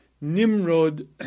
Nimrod